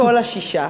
כל השישה,